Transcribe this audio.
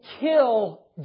kill